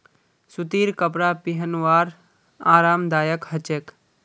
सूतीर कपरा पिहनवार आरामदायक ह छेक